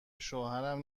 شوهرم